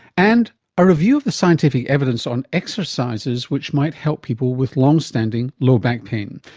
and a review of the scientific evidence on exercises which might help people with long standing low back pain,